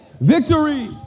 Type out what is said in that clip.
Victory